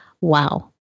Wow